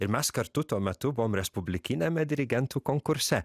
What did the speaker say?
ir mes kartu tuo metu buvom respublikiniame dirigentų konkurse